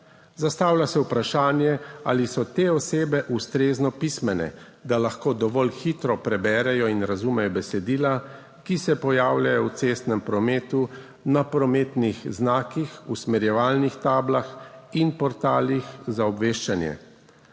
Zastavlja se vprašanje, ali so te osebe ustrezno pismene, da lahko dovolj hitro preberejo in razumejo besedila, ki se pojavljajo v cestnem prometu na prometnih znakih, usmerjevalnih tablah in portalih za obveščanje.